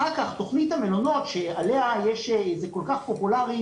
אחר-כך תוכנית המלונות שזה כל כך פופולרי,